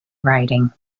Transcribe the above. writing